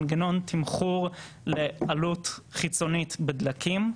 אין מנגנון תמחור לעלות חיצונית בדלקים.